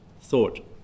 thought